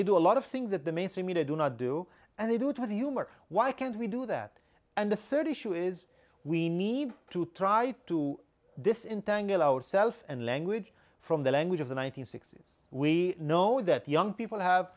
they do a lot of things that the mainstream media do not do and they do it with humor why can't we do that and the third issue is we need to try to this internal ourselves and language from the language of the one nine hundred sixty s we know that young people have